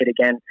again